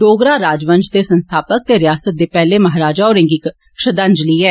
डोगरा राजवंष दे संस्थापक रियासत दे पैहले महाराजा होरें गी इक श्रद्वांजलि ऐ